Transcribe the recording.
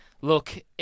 look